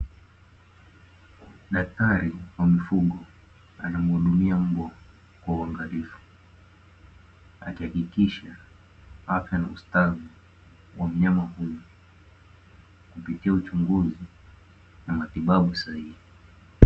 Daktari wa mifugo anamhudumia mbwa kwa uangalifu, akihakikisha afya na ustawi wa mnyama huyu kupitia uchunguzi na matibabu sahihi.